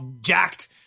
jacked